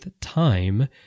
time